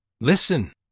Listen